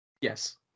Yes